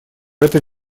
это